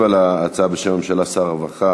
הצעות לסדר-היום מס' 1708,